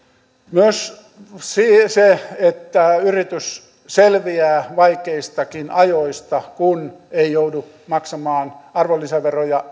myös se että yritys selviää vaikeistakin ajoista kun ei joudu maksamaan arvonlisäveroja